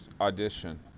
audition